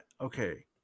Okay